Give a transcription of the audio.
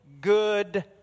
good